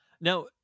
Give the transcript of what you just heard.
Now